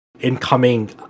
incoming